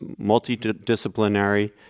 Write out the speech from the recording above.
multidisciplinary